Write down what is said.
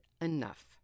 enough